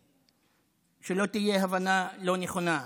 שלא תהיה הבנה לא נכונה,